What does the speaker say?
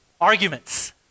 arguments